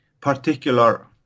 particular